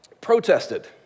protested